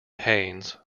haynes